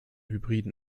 hybriden